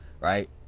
right